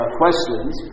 questions